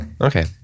Okay